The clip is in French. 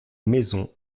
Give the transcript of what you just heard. maisons